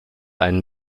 einen